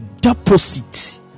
deposit